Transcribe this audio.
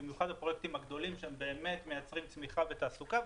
במיוחד הפרויקטים הגדולים שמייצרים צמיחה ותעסוקה,